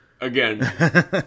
Again